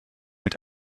mit